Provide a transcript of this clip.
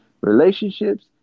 relationships